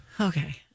okay